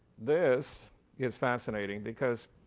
this is fascinating because